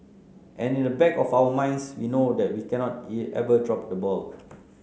and in the back of our minds we know that we cannot ever drop the ball